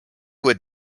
would